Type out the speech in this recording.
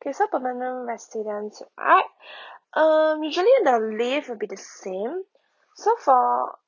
K so permanent resident right um usually the leave would be the same so for